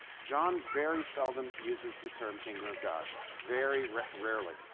john very seldom uses the term kingdom of god, very rarely.